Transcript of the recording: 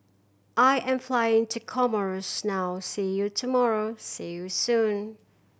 I am flying to Comoros now see you tomorrow see you soon